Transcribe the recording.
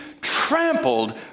trampled